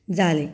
जालें